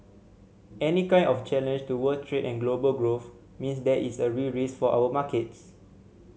any kind of challenge to world trade and global growth means there is a real risk for our markets